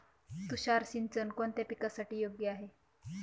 तुषार सिंचन कोणत्या पिकासाठी योग्य आहे?